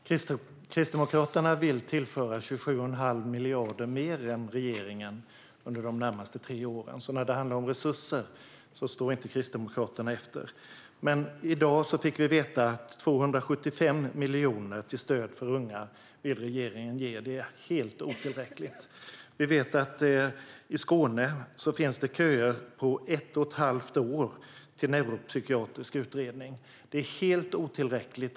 Herr talman! Kristdemokraterna vill tillföra 27 1⁄2 miljard mer än regeringen under de närmaste tre åren, så när det handlar om resurser ligger inte Kristdemokraterna efter. I dag fick vi veta att regeringen vill ge 275 miljoner i stöd för unga. Det är helt otillräckligt, då vi vet att det i Skåne finns köer på ett och ett halvt år till neuropsykiatrisk utredning.